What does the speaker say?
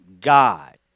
God